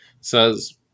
says